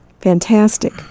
fantastic